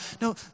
No